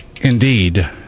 Indeed